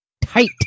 Tight